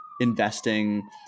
investing